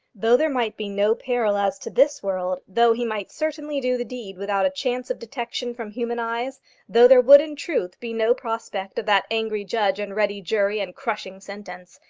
though there might be no peril as to this world though he might certainly do the deed without a chance of detection from human eyes though there would in truth be no prospect of that angry judge and ready jury and crushing sentence,